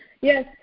yes